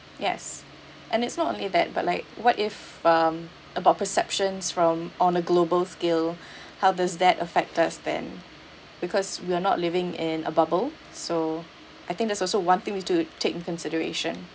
yes and it's not only that but like what if um about perceptions from on a global scale how does that affect us then because we're not living in a bubble so I think that's also one thing we have to take into consideration